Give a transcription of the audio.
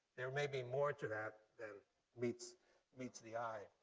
there may be more to that than meets meets the eye.